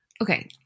Okay